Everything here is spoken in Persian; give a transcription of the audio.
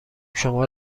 شما